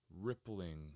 rippling